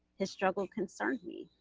his struggle concerned me.